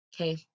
okay